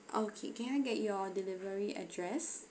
okay can I get your delivery address